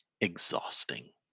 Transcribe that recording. exhausting